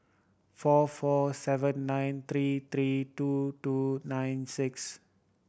four four seven nine three three two two nine six